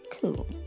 cool